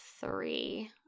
three